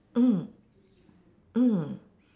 mm mm